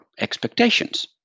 expectations